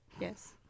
Yes